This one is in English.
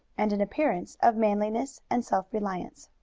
and an appearance of manliness and self-reliance.